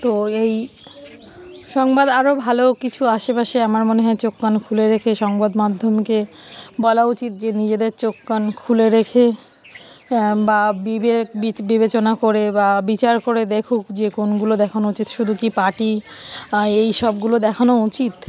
তো এই সংবাদ আরও ভালো কিছু আশেপাশে আমার মনে হয় চোখ কান খুলে রেখে সংবাদ মাাধ্যমকে বলা উচিত যে নিজেদের চোখ কান খুলে রেখে বা বিবেক বিবেচনা করে বা বিচার করে দেখুক যে কোনগুলো দেখানো উচিত শুধু কি পার্টি এই সবগুলো দেখানো উচিত